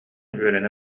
үөрэнэ